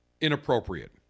inappropriate